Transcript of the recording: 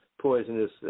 poisonous